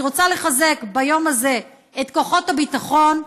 אני רוצה לחזק ביום הזה את כוחות הביטחון,